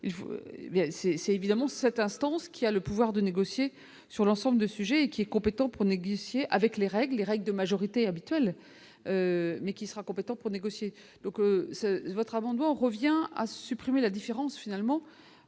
c'est évidemment cette instance qui a le pouvoir de négocier sur l'ensemble de sujets qui est compétent pour négocier avec les règles, les règles de majorité habituelle, mais qui sera compétent pour négocier, donc votre amendement revient à supprimer la différence finalement